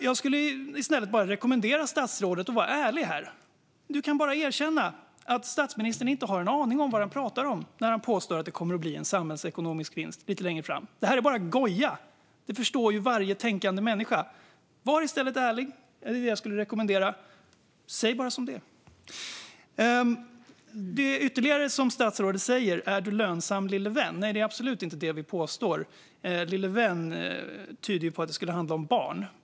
Jag skulle rekommendera statsrådet att vara ärlig här. Du kan bara erkänna att statsministern inte har en aning om vad han pratar om när han påstår att det kommer att bli en samhällsekonomisk vinst lite längre fram. Det är bara goja, och det förstår ju varje tänkande människa. Var i stället ärlig, är det som jag skulle rekommendera. Säg bara som det är! Statsrådet säger: Är du lönsam lille vän? Nej, det är absolut inte det vi påstår att det handlar om. Lille vän tyder ju på att det skulle handla om barn.